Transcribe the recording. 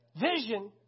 Vision